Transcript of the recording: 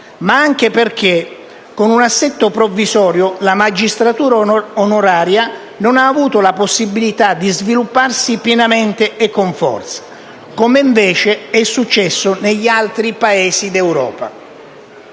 ma anche perché, con un assetto provvisorio, la magistratura onoraria non ha avuto la possibilità di svilupparsi pienamente e con forza, come invece è successo negli altri Paesi d'Europa.